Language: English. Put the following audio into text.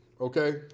okay